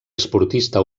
esportista